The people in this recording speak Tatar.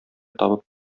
табып